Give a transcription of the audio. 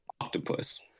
octopus